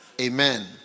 Amen